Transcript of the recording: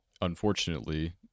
unfortunately